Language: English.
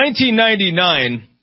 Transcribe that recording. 1999